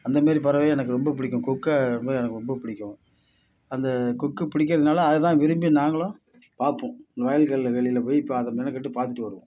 அந்தமாரி பறவை எனக்கு ரொம்ப பிடிக்கும் கொக்கை அதுமாரி எனக்கு ரொம்ப பிடிக்கும் அந்த கொக்கு பிடிக்கிறதுனால் அதுதான் விரும்பி நாங்களும் பார்ப்போம் வயல்களில் வெளியில் போய் பா அதை மெனக்கெட்டு பார்த்துட்டு வருவோம்